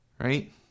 right